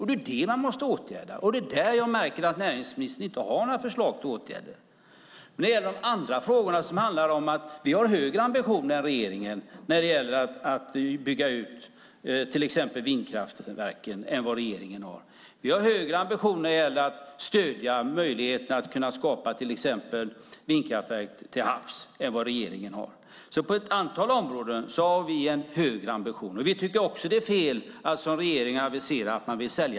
Det är det man måste åtgärda, och det är där jag märker att näringsministern inte har några förslag till åtgärder. Vi har högre ambitioner än regeringen när det gäller att bygga ut till exempel vindkraftverken. Vi har högre ambitioner när det gäller att stödja möjligheten att skapa vindkraftverk till havs än regeringen har. På ett antal områden har vi högre ambition. Vi tycker också att det är fel att sälja Vattenfall, som regeringen aviserat att man vill.